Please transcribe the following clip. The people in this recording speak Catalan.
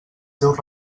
seus